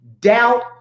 doubt